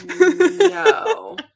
no